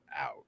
out